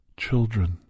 children